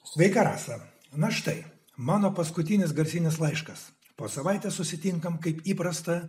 sveika rasa na štai mano paskutinis garsinis laiškas po savaitės susitinkam kaip įprasta